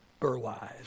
Burwise